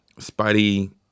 Spidey